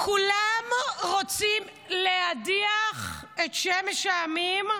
כולם רוצים להדיח את שמש העמים,